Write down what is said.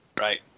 right